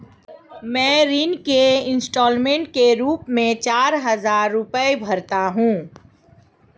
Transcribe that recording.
मैं ऋण के इन्स्टालमेंट के रूप में चार हजार रुपए भरता हूँ